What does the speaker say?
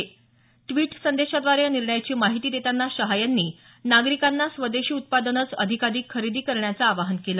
tweet संदेशाद्वारे या निर्णयाची माहिती देताना शहा यांनी नागरिकांना स्वदेशी उत्पादनंच अधिकाधिक खरेदी करण्याचं आवाहन केलं